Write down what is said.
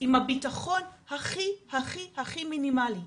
עם הביטחון הכי הכי מינימלי,